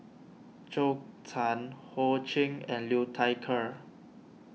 Zhou Can Ho Ching and Liu Thai Ker